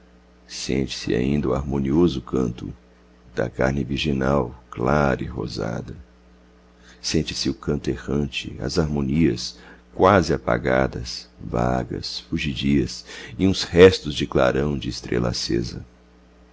sente-se ainda o harmonioso canto da carne virginal clara e rosada sente-se o canto errante as harmonias quase apagadas vagas fugidias e uns restos de clarão de estrela acesa